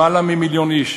יותר ממיליון איש,